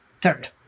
third